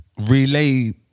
relay